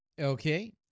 Okay